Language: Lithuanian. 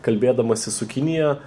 kalbėdamasi su kinija